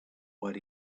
what